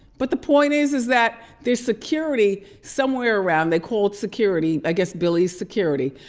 but the point is is that there's security somewhere around, they called security, i guess billie's security.